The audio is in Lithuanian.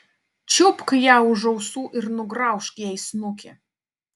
čiupk ją už ausų ir nugraužk jai snukį